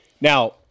Now